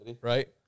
Right